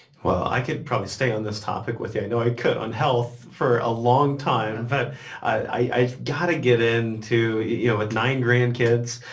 well, i could probably stay on this topic with you. i know i could on health for a long time, but i got to get in to yeah with nine grandkids.